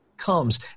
Comes